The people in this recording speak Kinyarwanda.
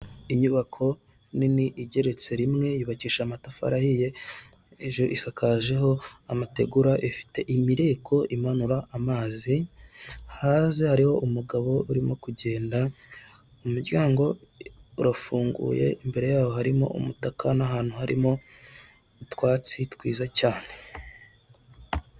Inyubako nini igeretse rimwe yubakishije amatafari ahiye, hejuru isakajeho amategura ifite imireko imanura amazi, hanze hariho umugabo urimo kugenda, umuryango urafunguye imbere yawo harimo umutaka n'ahantu harimo utwatsi twiza cyane.